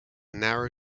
narrow